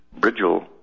Bridgel